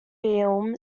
film